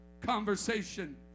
conversation